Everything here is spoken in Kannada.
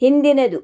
ಹಿಂದಿನದು